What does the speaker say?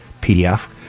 PDF